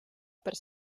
per